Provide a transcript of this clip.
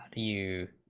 you